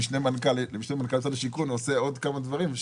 המשנה למנכ"ל משרד השיכון עושה עוד כמה דברים,